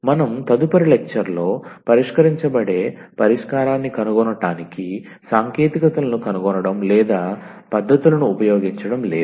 మనం తదుపరి లెక్చర్ లో చర్చించబడే పరిష్కారాన్ని కనుగొనటానికి సాంకేతికతలను కనుగొనడం లేదా ఏదైనా పద్ధతులను ఉపయోగించడం లేదు